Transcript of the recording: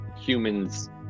humans